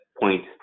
point